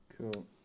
Cool